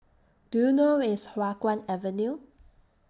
Do YOU know Where IS Hua Guan Avenue